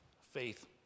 Faith